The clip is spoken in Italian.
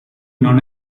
non